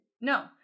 No